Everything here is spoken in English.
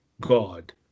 God